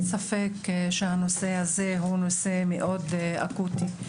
אין ספק שהנושא הזה הוא נושא אקוטי מאוד.